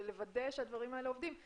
לוודא שהדברים האלה עובדים.